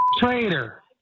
Traitor